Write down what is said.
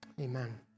Amen